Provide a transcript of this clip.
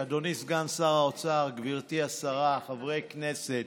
אדוני סגן שר האוצר, גברתי השרה, חברי הכנסת,